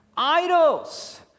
Idols